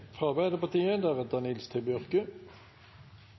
fra Nils T. Bjørke